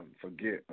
forget